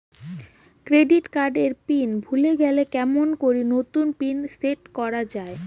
Credit card এর pin ভুলে গেলে কেমন করি নতুন পিন সেট করা য়ায়?